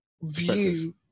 view